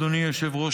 אדוני היושב-ראש,